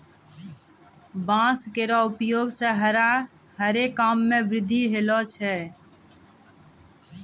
बांस केरो उपयोग सें हरे काम मे वृद्धि होलो छै